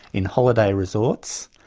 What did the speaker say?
in holiday resorts,